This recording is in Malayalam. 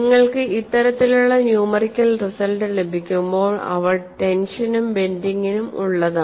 നിങ്ങൾക്ക് ഇത്തരത്തിലുള്ള ന്യൂമെറിക്കൽ റിസൾട്ട് ലഭിക്കുമ്പോൾ അവ ടെൻഷനും ബെൻഡിങ്ങും ഉള്ളതാണ്